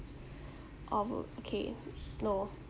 of uh okay no